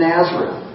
Nazareth